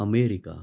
America